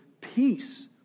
peace